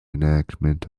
enactment